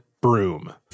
broom